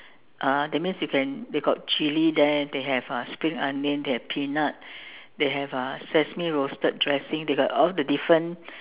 uh that means you can they got chili there they have uh spring onion they have peanut they have uh sesame roasted dressing they got all the different